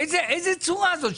איזה צורה זאת?